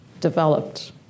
developed